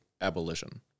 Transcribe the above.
abolition